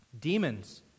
Demons